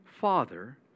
Father